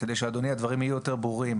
כדי שהדברים יהיו יותר ברורים.